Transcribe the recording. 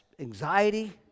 anxiety